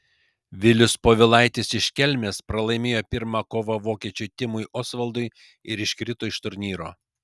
vilius povilaitis iš kelmės pralaimėjo pirmą kovą vokiečiui timui osvaldui ir iškrito iš turnyro